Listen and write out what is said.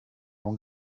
l’on